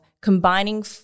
combining